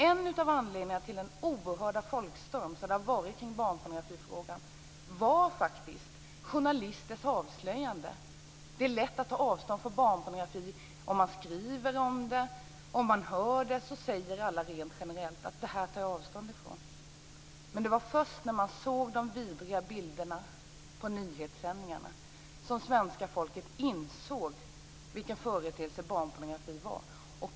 En anledning till den oerhörda folkstorm som har förekommit i barnpornografifrågan var faktiskt journalisters avslöjanden. Det är lätt att ta avstånd från barnpornografi. När det skrivs om den och man hör talas om den säger sig alla rent generellt ta avstånd från den, men det var först när svenska folket såg de vidriga bilderna på nyhetssändningarna som man insåg vilken företeelse barnpornografi är.